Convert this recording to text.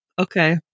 Okay